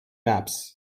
maps